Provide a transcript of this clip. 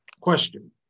Question